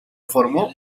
formó